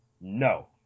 No